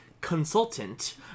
consultant